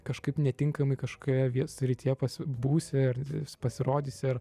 kažkaip netinkamai kažkokioje srityje pas būsi ar pasirodysi ar